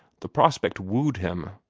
the prospect wooed him,